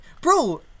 bro